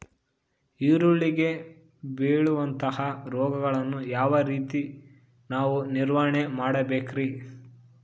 ಈರುಳ್ಳಿಗೆ ಬೇಳುವಂತಹ ರೋಗಗಳನ್ನು ಯಾವ ರೇತಿ ನಾವು ನಿವಾರಣೆ ಮಾಡಬೇಕ್ರಿ?